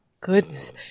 goodness